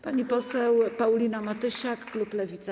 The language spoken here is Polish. Pani poseł Paulina Matysiak, klub Lewica.